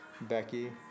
Becky